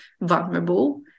vulnerable